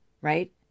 right